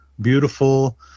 beautiful